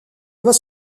doit